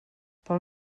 pel